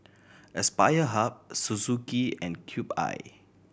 Aspire Hub Suzuki and Cube I